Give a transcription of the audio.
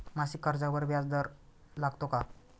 मासिक कर्जावर व्याज दर लागतो का?